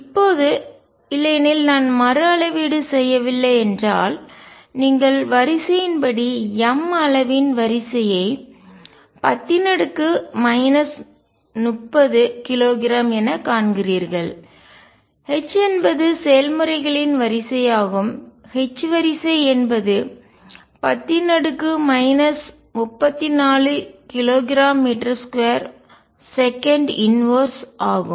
இப்போது இல்லையெனில் நான் மறுஅளவீடு செய்யவில்லை என்றால் நீங்கள் வரிசையின் படி m அளவின் வரிசையை 10 30 கிலோகிராம் என காண்கிறீர்கள் h என்பது செயல்முறைகளின் வரிசையாகும் h வரிசை என்பது 10 34 k g மீட்டர்2 செகண்ட் 1 ஆகும்